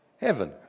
heaven